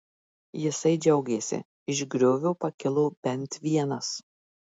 jisai džiaugėsi iš griovio pakilo bent vienas